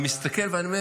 אני מסתכל ואני אומר: